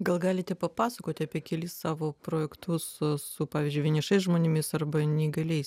gal galite papasakoti apie kelis savo projektus su pavyzdžiui vienišais žmonėmis arba neįgaliais